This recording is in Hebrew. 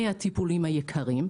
מהטיפולים היקרים,